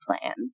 plans